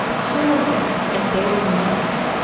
politics, and daily life